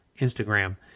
Instagram